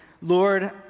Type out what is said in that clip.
Lord